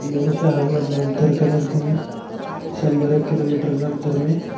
दोन शहरांमधलं अंतर कमीत कमी शंभर एक किलोमीटरचं अंतर मी